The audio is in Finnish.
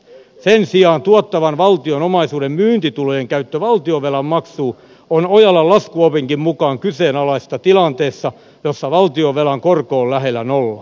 sen sijaan tuottavan valtion omaisuuden myyntitulojen käyttö valtionvelan maksuun on ojalan laskuopinkin mukaan kyseenalaista tilanteessa jossa valtionvelan korko on lähellä nollaa